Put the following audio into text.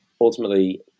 ultimately